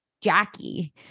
Jackie